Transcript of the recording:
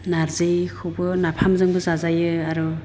नार्जिखौबो नाफामजोंबो जाजायो आरो